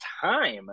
time